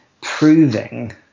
proving